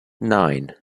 nine